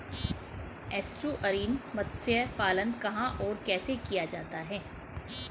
Estuarine मत्स्य पालन कहां और कैसे किया जाता है?